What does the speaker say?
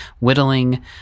whittling